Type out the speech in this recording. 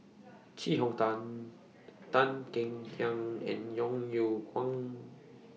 Chee Hong Tan Tan Kek Hiang and Yeo Yeow Kwang